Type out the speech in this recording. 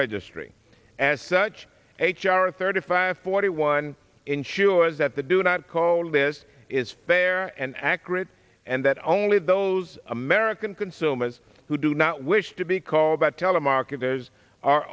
registry as such a chair of thirty five forty one ensures that the do not call this is fair and accurate and that only those american consumers who do not wish to be called by telemarketers are